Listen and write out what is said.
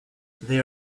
they